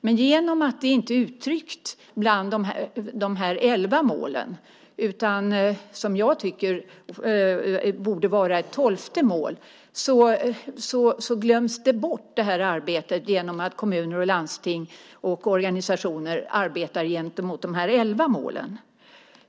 Men genom att det inte är uttryckt bland de här elva målen glöms det här arbetet bort. Jag tycker att det borde vara ett tolfte mål. Kommuner och landsting arbetar gentemot de här elva målen.